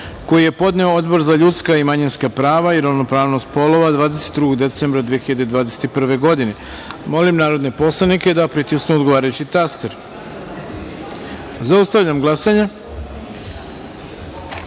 koji je podneo Odbor za ljudska i manjinska prava i ravnopravnost polova 22. decembra 2021. godine. Molim narodne poslanike da pritisnu odgovarajući taster. Zaustavljam glasanje: